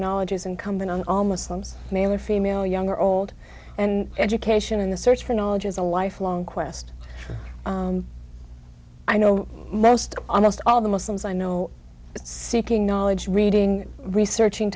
knowledge is incumbent on all muslims male or female young or old and education in the search for knowledge is a lifelong quest for i know most almost all of the muslims i know seeking knowledge reading researching